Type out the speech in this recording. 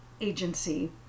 Agency